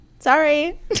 Sorry